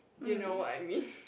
you know what I mean